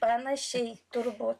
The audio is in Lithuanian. panašiai turbūt